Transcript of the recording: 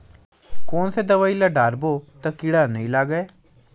कोन से दवाई ल डारबो त कीड़ा नहीं लगय?